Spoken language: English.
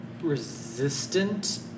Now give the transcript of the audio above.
resistant